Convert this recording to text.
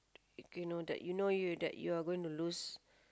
okay know that you know you that you're going to lose